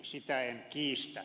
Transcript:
sitä en kiistä